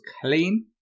clean